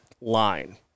line